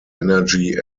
energy